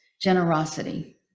generosity